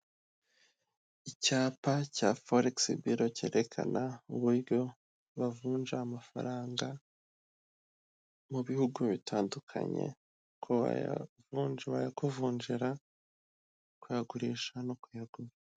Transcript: Icyapa cya folix biro cyerekana uburyo bavunja amafaranga mu bihugu bitandukanye kobayavunjira kuyagurisha no kuyagura.